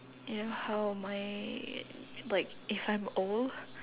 ya how my like if I'm old